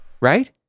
right